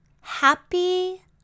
Happy